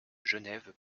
genève